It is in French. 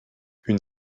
une